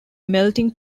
melting